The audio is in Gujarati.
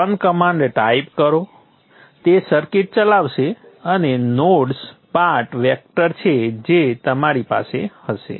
રન કમાન્ડ ટાઈપ કરો તે સર્કિટ ચલાવશે અને આ નોડ્સ પાર્ટ વેક્ટર છે જે તમારી પાસે હશે